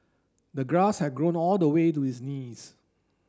the grass had grown all the way to his knees